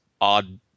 odd